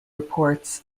reports